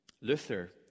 Luther